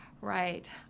right